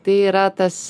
tai yra tas